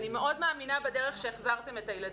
אני מאוד מאמינה בדרך שהחזרתם את הילדים,